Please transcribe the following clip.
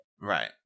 Right